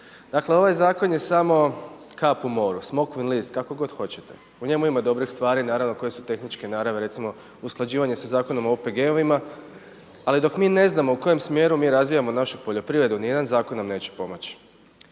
Dakle ovaj zakon je samo kap u moru, smokvin list, kako god hoćete. U njemu ima dobrih stvari, naravno koje su tehničke naravi, recimo usklađivanje sa Zakonom o OPG-ovima. Ali dok mi ne znam u kojem smjeru mi razvijamo našu poljoprivredu ni jedan zakon nam neće pomoći.